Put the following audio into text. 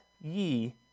ye